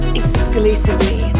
exclusively